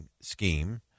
scheme